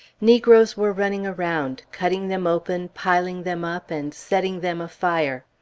negroes were running around, cutting them open, piling them up, and setting them afire.